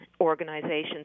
organizations